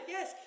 Yes